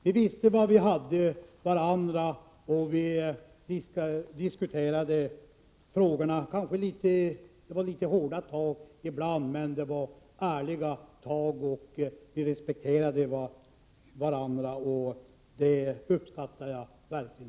Vi visste var vi hade varandra, som det heter, och vi diskuterade frågorna. Kanske det blev litet hårda tag ibland, men det var ärliga tag, och vi respekterade varandra. Det uppskattar jag verkligen!